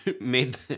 made